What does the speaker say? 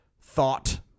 thought